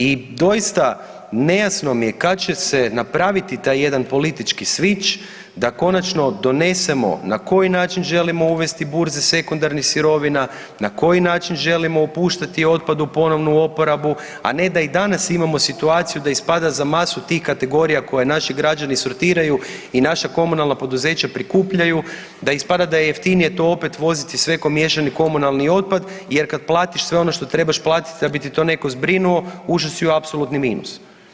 I doista nejasno mi je kad će se napraviti taj jedan politički switch da konačno donesemo na koji način želimo uvesti burze sekundarnih sirovina, na koji način želimo opuštati otpad u ponovnu oporabu, a ne da i danas imamo situaciju da ispada za masu tih kategorija koje naši građani sortiraju i naša komunalna poduzeća prikupljaju, da ispada da je jeftinije to opet voziti sve kao miješani komunalni otpad jer kad platiš sve ono što trebaš platiti da bi to netko zbrinuo, ušao si u apsolutni minus.